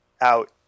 out